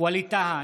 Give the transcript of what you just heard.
ווליד טאהא,